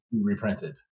reprinted